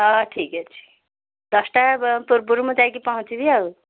ହଁ ଠିକ ଅଛି ଦଶଟା ପୂର୍ବରୁ ମୁଁ ଯାଇକି ପହଞ୍ଚିବି ଆଉ